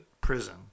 prison